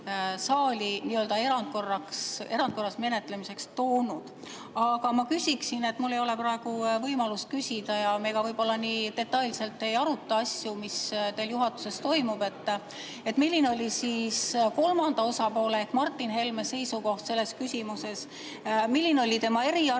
saali erandkorras menetlemiseks toonud. Aga ma küsin – kuna mul ei ole praegu võimalust küsida ja me võib-olla ka nii detailselt ei aruta asju, mis teil juhatuses toimub –, milline oli kolmanda osapoole ehk Martin Helme seisukoht selles küsimuses. Milline oli tema eriarvamus,